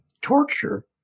torture